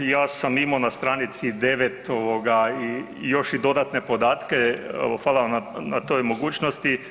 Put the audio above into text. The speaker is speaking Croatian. Ja sam imao na stranici 9 još i dodatne podatke, hvala vam na toj mogućnosti.